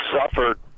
suffered